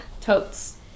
Totes